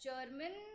German